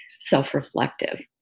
self-reflective